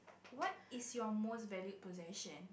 what is your most valued possession